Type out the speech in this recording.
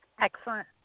Excellent